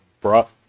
brought